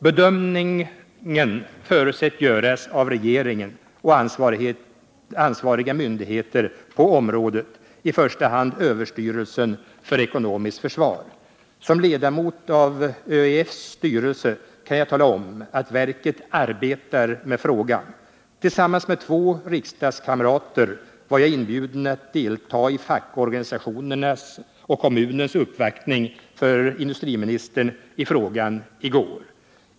Bedömningen förutsätts göras av regeringen och ansvariga myndigheter på området, i första hand överstyrelsen för ekonomiskt försvar. Som ledamot av ÖEF:s styrelse kan jag tala om att verket arbetar med frågan. Tillsammans med två riksdagskamrater var jag inbjuden att delta i fackorganisationernas och kommunens uppvaktning för industriministern i frågan i går.